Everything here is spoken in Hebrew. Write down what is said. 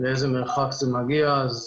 לאיזה מרחק זה מגיע.